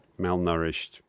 malnourished